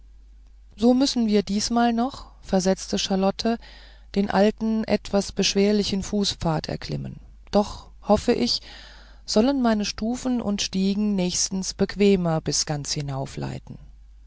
so müssen wir diesmal noch versetzte charlotte den alten etwas beschwerlichen fußpfad erklimmen doch hoffe ich sollen meine stufen und steige nächstens bequemer bis ganz